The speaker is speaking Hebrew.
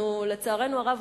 לצערנו הרב,